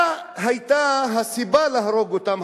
מה היתה הסיבה להרוג אותם?